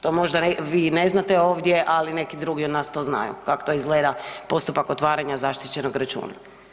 To možda vi i ne znate ovdje, ali neki drugi od nas to znaju kako to izgleda postupak otvaranja zaštićenog računa.